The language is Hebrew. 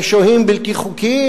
זה שוהים בלתי חוקיים,